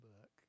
book